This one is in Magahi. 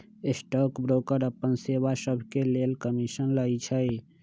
स्टॉक ब्रोकर अप्पन सेवा सभके लेल कमीशन लइछइ